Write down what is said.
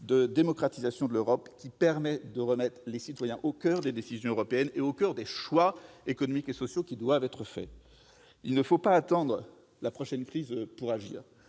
de démocratisation de l'Europe permettrait de les remettre au coeur des décisions européennes et des choix économiques et sociaux qui doivent être faits. Il ne faut pas attendre la prochaine crise pour agir,